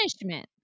punishment